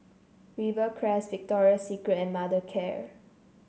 Rivercrest Victoria Secret and Mothercare